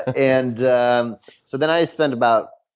and um so then, i spent about